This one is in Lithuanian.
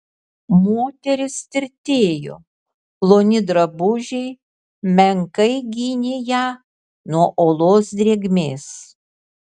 moteris tirtėjo ploni drabužiai menkai gynė ją nuo olos drėgmės